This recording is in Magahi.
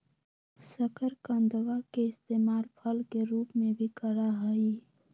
शकरकंदवा के इस्तेमाल फल के रूप में भी करा हई